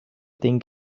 think